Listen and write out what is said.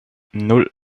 nan